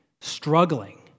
struggling